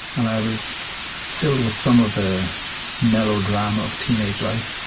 and i was filled with some of the melodrama of teenage life,